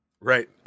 Right